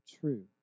true